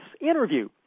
interview